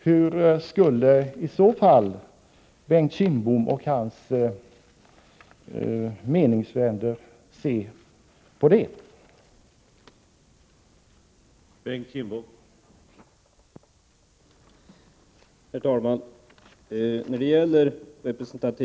Hur skulle Bengt Kindbom och hans meningsfränder se på det?